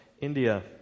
India